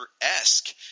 esque